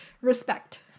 respect